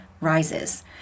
rises